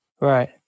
Right